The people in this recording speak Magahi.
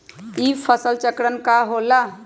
ई फसल चक्रण का होला?